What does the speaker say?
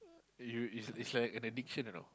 you is is like an addiction you know